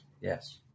yes